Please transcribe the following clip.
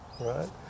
right